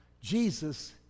Jesus